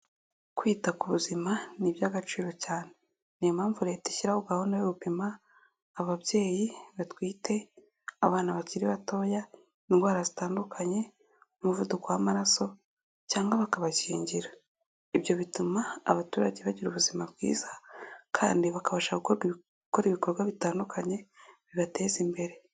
Kwita ku buzima ni iby'agaciro cyane ni yo mpamvu leta ishyiraho gahunda yo gupima ababyeyi batwite, abana bakiri batoya indwara zitandukanye umuvuduko w'amaraso cyangwa bakabakingira, ibyo bituma abaturage bagira ubuzima bwiza kandi bakabasha gukora ibikorwa bitandukanye bibateza imbere.